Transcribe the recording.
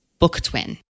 booktwin